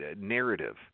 narrative